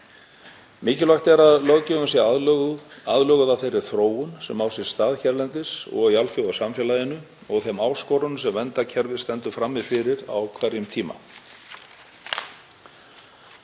Mikilvægt er að löggjöfin sé aðlöguð að þeirri þróun sem á sér stað hérlendis og í alþjóðasamfélaginu og þeim áskorunum sem verndarkerfið stendur frammi fyrir á hverjum tíma.